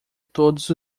todos